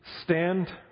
Stand